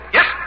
Yes